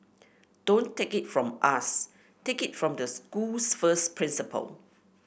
don't take it from us take it from the school's first principal